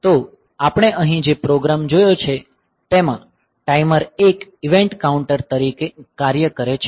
તો આપણે અહીં જે પ્રોગ્રામ જોયો છે તેમાં ટાઈમર 1 ઈવેન્ટ કાઉન્ટર તરીકે કાર્ય કરે છે